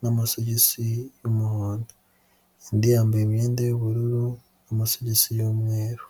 n'amasogisi y'umuhondo, indi yambaye imyenda y'ubururu n'amasogisi y'umweru.